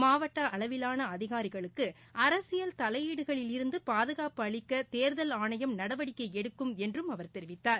மாவட்ட அளவிலான அதினரிகளுக்கு அரசியல் தலையீடுகளிலிருந்து பாதுகாப்பு அளிக்க தேர்தல் ஆணையம் நடவடிக்கை எடுக்கும் என்று அவர் தெரிவித்தார்